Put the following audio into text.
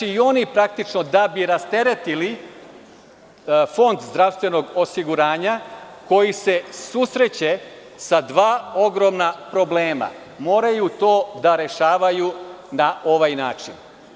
I oni praktično, da bi rasteretili fond zdravstvenog osiguranja, koji se susreće sa dva ogromna problema, moraju to da rešavaju na ovaj način.